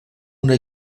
una